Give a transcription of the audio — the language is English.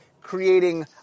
creating